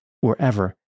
wherever